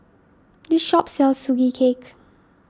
this shop sells Sugee Cake